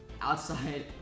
outside